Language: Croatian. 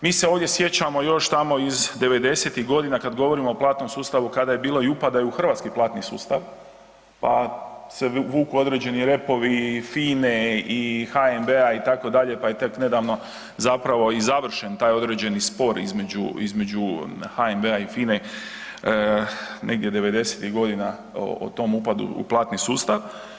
Mi se ovdje sjećamo još tamo iz 90-ih godina kad govorimo o platnom sustavu, kada je bilo i upada u Hrvatski platni sustav, pa se vuklo određeni repovi, FINA-e i HNB-a, itd., pa je tek nedavno zapravo i završen taj određeni spor između HNB-a i FINA-e, negdje 90-ih godina o tom upadu u platni sustav.